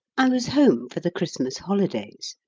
i was home for the christmas holidays,